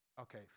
Okay